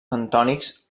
bentònics